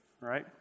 right